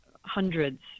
hundreds